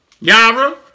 Yara